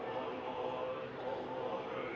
whoa